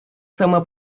сама